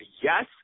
yes